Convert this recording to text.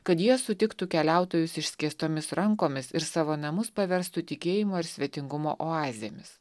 kad jie sutiktų keliautojus išskėstomis rankomis ir savo namus paverstų tikėjimo ir svetingumo oazėmis